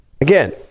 Again